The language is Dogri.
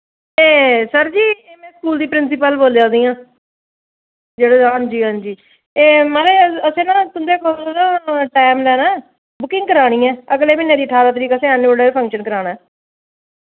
एह् सर जी एह् में स्कूल दी प्रिंसिपल बोल्ला दी आं जेह्ड़े हां जी हां जी एह् महाराज असें ना तुं'दे कोला ना टैम लैना बुकिंग करानी ऐ अगले म्हीने दी ठारां तरीक असें ऐनुअल डे फंक्शन कराना